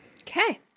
Okay